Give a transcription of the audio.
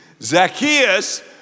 Zacchaeus